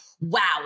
wow